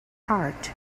heart